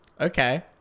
Okay